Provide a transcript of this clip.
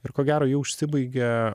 ir ko gero ji užsibaigė